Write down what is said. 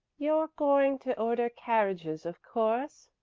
you're going to order carriages, of course?